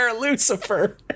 Lucifer